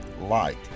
light